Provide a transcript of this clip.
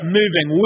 moving